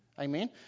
Amen